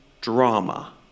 drama